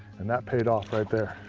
and that paid off right there.